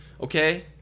Okay